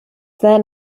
then